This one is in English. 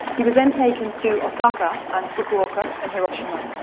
he was then taken to osaka and fukuoka and hiroshima,